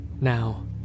Now